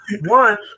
One